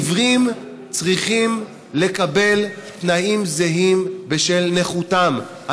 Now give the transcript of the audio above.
עיוורים צריכים לקבל תנאים זהים בשל נכותם.